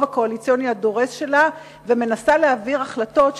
הקואליציוני הדורס שלה ומנסה להעביר החלטות,